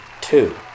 two